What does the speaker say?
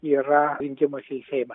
yra rinkimuose į seimą